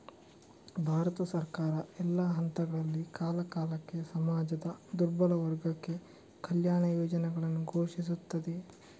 ಭಾರತ ಸರ್ಕಾರ, ಎಲ್ಲಾ ಹಂತಗಳಲ್ಲಿ, ಕಾಲಕಾಲಕ್ಕೆ ಸಮಾಜದ ದುರ್ಬಲ ವರ್ಗಕ್ಕೆ ಕಲ್ಯಾಣ ಯೋಜನೆಗಳನ್ನು ಘೋಷಿಸುತ್ತದೆ